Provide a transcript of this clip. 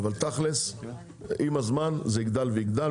אבל תכלס עם הזמן זה יגדל ויגדל.